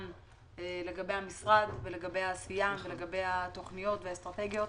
לגבי המשרד ולגבי העשייה ולגבי התוכניות והאסטרטגיות.